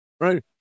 right